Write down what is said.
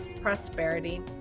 prosperity